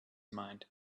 mind